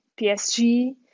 PSG